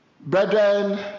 Brethren